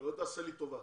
שלא תעשה לי טובה.